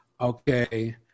Okay